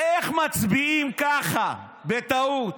איך מצביעים ככה בטעות?